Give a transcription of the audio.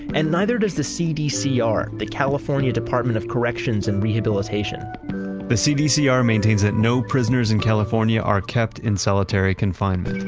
and either does the cdcr, the california department of corrections and rehabilitation the cdcr maintains that no prisoners in california are kept in solitary confinement.